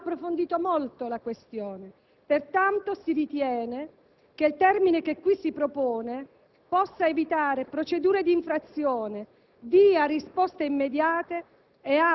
ha approfondito molto la questione. Pertanto, si ritiene che il termine che qui si propone possa servire ad evitare procedure di infrazione, dia risposte immediate